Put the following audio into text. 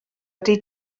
ydy